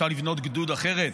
שאפשר לבנות גדוד אחרת,